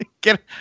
get